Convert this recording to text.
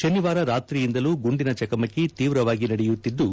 ಶನಿವಾರ ರಾತ್ರಿಯಿಂದಲೂ ಗುಂಡಿನ ಚಕಮಕಿ ತೀವ್ರವಾಗಿ ನಡೆಯುತ್ತಿದ್ದು